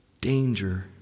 danger